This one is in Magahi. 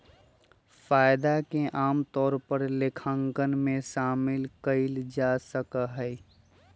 फायदा के आमतौर पर लेखांकन में शामिल कइल जा सका हई